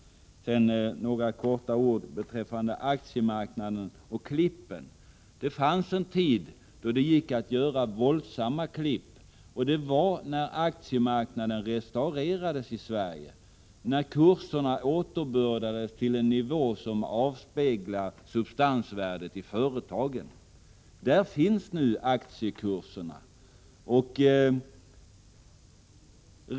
Sedan några ord beträffande aktiemarknaden och klippen. Det fanns en tid då det gick att göra våldsamma klipp. Det var när aktiemarknaden restaurerades i Sverige, när kurserna återbördades till en nivå som avspeglar substansvärdet i företagen. Där finns nu aktiekurserna.